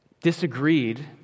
disagreed